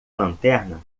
lanterna